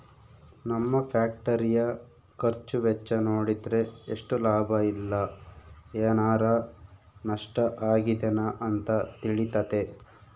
ನಮ್ಮ ಫ್ಯಾಕ್ಟರಿಯ ಖರ್ಚು ವೆಚ್ಚ ನೋಡಿದ್ರೆ ಎಷ್ಟು ಲಾಭ ಇಲ್ಲ ಏನಾರಾ ನಷ್ಟ ಆಗಿದೆನ ಅಂತ ತಿಳಿತತೆ